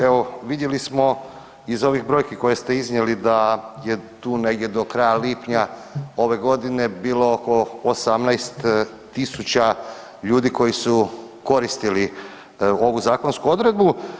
Evo, vidjeli smo iz ovih brojki koje ste iznijeli da je tu negdje do kraja lipnja ove godine bilo oko 18 tisuća ljudi koji su koristili ovu zakonsku odredbu.